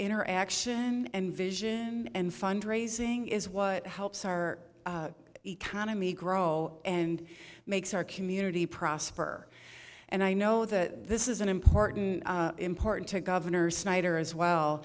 interaction and vision and fundraising is what helps our economy grow and makes our community prosper and i know that this is an important important to governor snyder as well